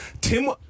tim